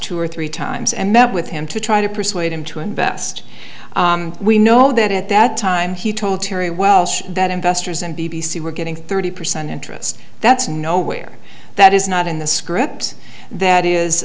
two or three times and met with him to try to persuade him to invest we know that at that time he told terry welsh that investors and b b c were getting thirty percent interest that's nowhere that is not in the scripts that is